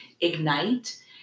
Ignite